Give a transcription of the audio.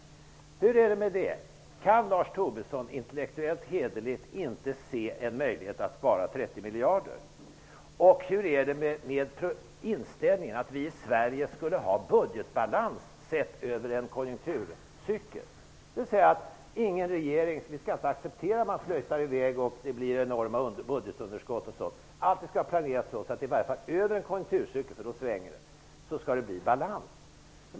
Hur är det med det? Kan inte Lars Tobisson intellektuellt och hederligt se möjligheten att spara 30 miljarder? Hur är inställningen till förslaget att vi i Sverige skall ha budgetbalans sett över en konjunkturcykel? Vi skall inte acceptera att någon regering flöjtar i väg och att det blir enorma budgetunderskott. Allt skall planeras så, att det blir balans åtminstone över en konjunkturcykel.